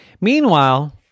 Meanwhile